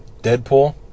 Deadpool